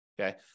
okay